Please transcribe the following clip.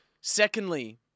Secondly